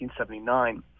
1979